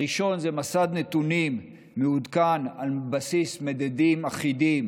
הראשון זה מסד נתונים מעודכן על בסיס מדדים אחידים